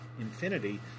infinity